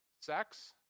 sex